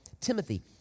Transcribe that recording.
Timothy